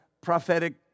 prophetic